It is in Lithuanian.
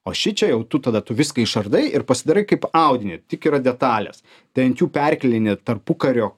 o šičia jau tu tada tu viską išardai ir pasidarai kaip audinį tik yra detalės tai ant jų perkelinėt tarpukario